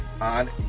on